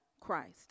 Christ